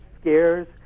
scares